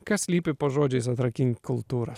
kas slypi po žodžiais atrakinti kultūrą